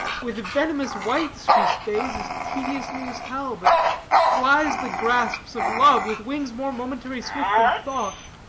with venomous wights she stays as tediously as hell, but flies the grasps of love with wings more momentary-swift than thought.